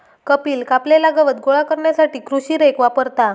कपिल कापलेला गवत गोळा करण्यासाठी कृषी रेक वापरता